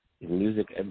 music